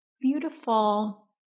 Beautiful